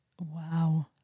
Wow